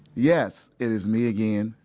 yes, it is me again.